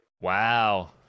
Wow